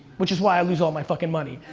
which is why i lose all my fucking money.